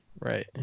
Right